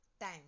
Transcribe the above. time